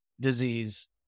disease